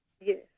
Yes